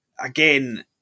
again